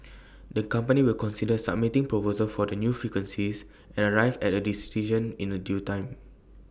the company will consider submitting proposals for the new frequencies and arrive at A decision in A due time